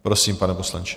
Prosím, pane poslanče.